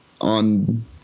on